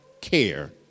care